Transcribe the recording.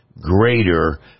greater